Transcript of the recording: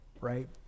right